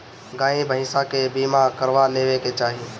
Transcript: गाई भईसा के बीमा करवा लेवे के चाही